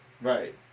Right